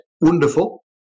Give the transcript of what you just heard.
wonderful